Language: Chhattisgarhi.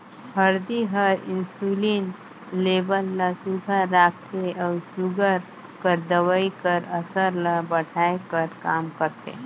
हरदी हर इंसुलिन लेबल ल सुग्घर राखथे अउ सूगर कर दवई कर असर ल बढ़ाए कर काम करथे